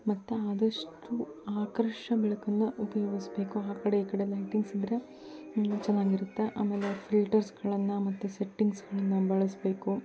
ಮತ್ತೆ ಆದಷ್ಟು ಆಕರ್ಷ ಬೆಳಕನ್ನು ಉಪಯೋಗಿಸಬೇಕು ಆ ಕಡೆ ಈ ಕಡೆ ಲೈಟಿಂಗ್ಸ್ ಇದ್ದರೆ ಇನ್ನೂ ಚೆನ್ನಾಗಿರುತ್ತೆ ಆಮೇಲೆ ಫಿಲ್ಟರ್ಸ್ಗಳನ್ನು ಮತ್ತು ಸೆಟ್ಟಿಂಗ್ಸ್ಗಳನ್ನು ಬಳಸಬೇಕು